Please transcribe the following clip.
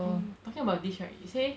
um talking about this right you say